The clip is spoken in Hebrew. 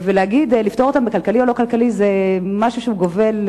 לפטור אותם בכלכלי או לא-כלכלי זה משהו שגובל,